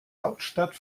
hauptstadt